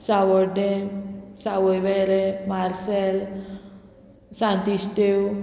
Sanvordem Savoiverem Marcel Santo Estevam